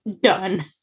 done